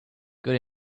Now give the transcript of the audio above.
good